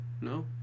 No